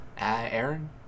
Aaron